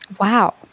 Wow